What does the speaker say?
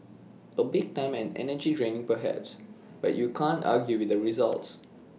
A bit time and energy draining perhaps but you can't argue with the results